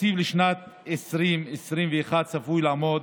התקציב לשנת 2021 צפוי לעמוד